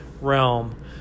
realm